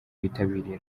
bitabiriye